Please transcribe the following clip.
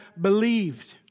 believed